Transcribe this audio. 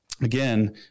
Again